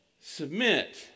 Submit